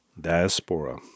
Diaspora